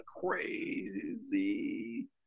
crazy